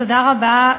תודה רבה.